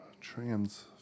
trans